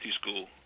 School